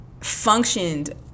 functioned